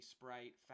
Sprite